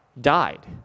died